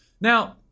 Now